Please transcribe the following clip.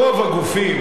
ברוב הגופים,